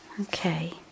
Okay